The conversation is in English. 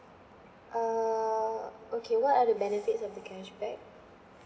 ah okay what are the benefits of the cashback